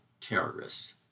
terrorists